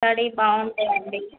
study బాగుంటుందండి